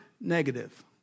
negative